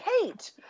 kate